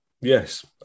Yes